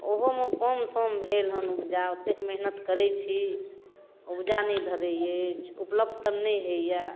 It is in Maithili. ओहोमे कमसम भेल हँ उपजा ओतेक मेहनति करै छी उपजा नहि धरै अछि उपलब्ध तऽ नहि होइए